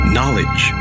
Knowledge